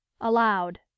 Aloud